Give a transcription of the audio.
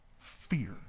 fear